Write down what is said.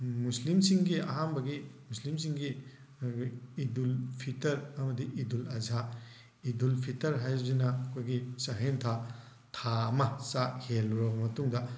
ꯃꯨꯁꯂꯤꯝꯁꯤꯡꯒꯤ ꯑꯍꯥꯟꯕꯒꯤ ꯃꯨꯁꯂꯤꯝꯁꯤꯡꯒꯤ ꯏꯗꯨꯜ ꯐꯤꯇꯔ ꯑꯃꯗꯤ ꯏꯗꯨꯜ ꯑꯓꯥ ꯏꯗꯨꯜ ꯐꯤꯇꯔ ꯍꯥꯏꯕꯁꯤꯅ ꯑꯩꯈꯣꯏꯒꯤ ꯆꯥꯛꯍꯦꯟ ꯊꯥ ꯊꯥ ꯑꯃ ꯆꯥꯛ ꯍꯦꯜꯂꯨꯔꯕ ꯃꯇꯨꯡꯗ